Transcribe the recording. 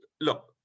look